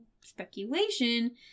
speculation